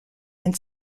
and